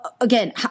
again